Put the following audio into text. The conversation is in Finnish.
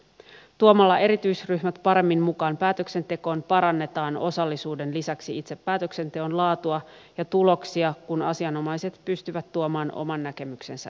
tuomalla erityisryhmät paremmin mukaan päätöksentekoon parannetaan osallisuuden lisäksi itse päätöksenteon laatua ja tuloksia kun asianomaiset pystyvät tuomaan oman näkemyksensä esiin